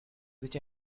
which